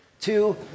two